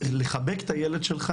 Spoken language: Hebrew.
לחבק את הילד שלך